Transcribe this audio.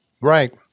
Right